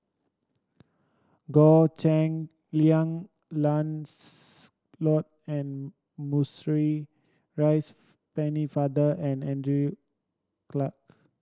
Goh Cheng Liang Lancelot and Maurice Pennefather and Andrew Clarke